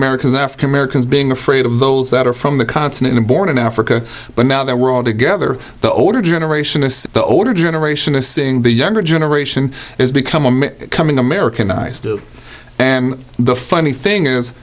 america's african americans being afraid of those that are from the continent and born in africa but now that we're all together the older generation is the older generation of seeing the younger generation it's become a coming americanised and the funny thing is